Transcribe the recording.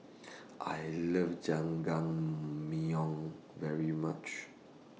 I Love Jajangmyeon very much